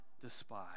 despise